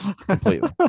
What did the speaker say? Completely